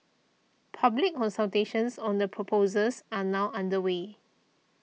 public consultations on the proposals are now underway